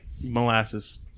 molasses